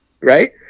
right